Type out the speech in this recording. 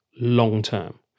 long-term